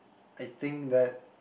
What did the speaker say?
I think that